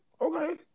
okay